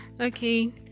okay